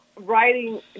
writing